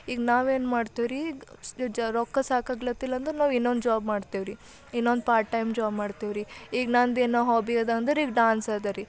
ಈಗ ನಾವು ಏನು ಮಾಡ್ತೇವ್ರಿ ಜ ರೊಕ್ಕ ಸಾಕಾಗ್ಲತ್ತಿಲ್ಲ ಅಂದರೆ ನಾವು ಇನ್ನೊಂದು ಜಾಬ್ ಮಾಡ್ತೇವ್ರಿ ಇನ್ನೊಂದು ಪಾರ್ಟ್ ಟೈಮ್ ಜಾಬ್ ಮಾಡ್ತೇವ್ರಿ ಈಗ ನಂದು ಏನೋ ಹಾಬಿ ಅದ ಅಂದರೆ ಈಗ ಡ್ಯಾನ್ಸ್ ಅದ ರೀ